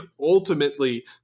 ultimately